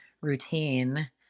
routine